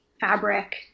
fabric